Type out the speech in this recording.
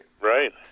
Right